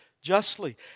justly